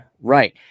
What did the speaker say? Right